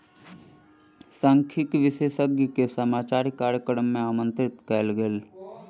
सांख्यिकी विशेषज्ञ के समाचार कार्यक्रम मे आमंत्रित कयल गेल